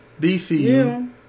DCU